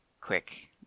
quick